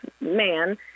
man